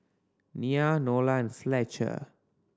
Nya Nola and Fletcher